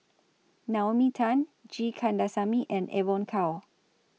Naomi Tan G Kandasamy and Evon Kow